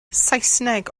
saesneg